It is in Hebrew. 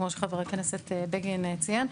כמו שחבר הכנסת בגין ציין,